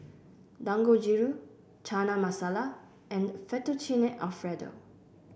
Dangojiru Chana Masala and Fettuccine Alfredo